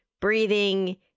breathing